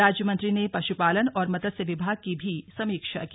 राज्य मंत्री ने पश्पालन और मत्स्य विभाग की भी समीक्षा की